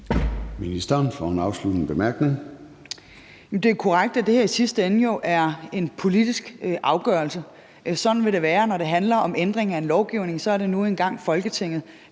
Det er jo korrekt, at det her i sidste ende er en politisk afgørelse. Sådan vil det være, når det handler om en ændring af en lovgivning, altså at det så nu engang er Folketinget,